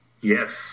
Yes